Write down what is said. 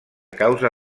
causa